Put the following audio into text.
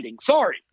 sorry